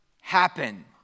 happen